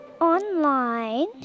online